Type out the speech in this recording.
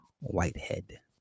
Whitehead